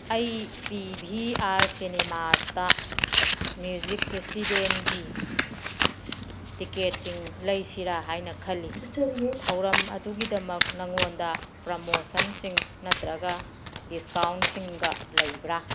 ꯑꯩ P V R ꯁꯤꯅꯦꯃꯥꯁꯇ music ꯐꯦꯁꯇꯤꯕꯦꯜꯒꯤ ꯇꯤꯀꯦꯠꯁꯤꯡ ꯂꯩꯁꯤꯔꯥ ꯍꯥꯏꯅ ꯈꯜꯂꯤ ꯊꯧꯔꯝ ꯑꯗꯨꯒꯤꯗꯃꯛ ꯅꯉꯣꯟꯗ ꯄ꯭ꯔꯃꯣꯁꯟꯁꯤꯡ ꯅꯠꯇ꯭ꯔꯒ ꯗꯤꯁꯀꯥꯎꯟꯁꯤꯡꯒ ꯂꯩꯕ꯭ꯔ